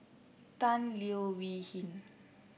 Tan Leo Wee Hin